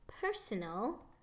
personal